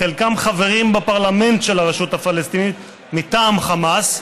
חלקם חברים בפרלמנט של הרשות הפלסטינית מטעם חמאס,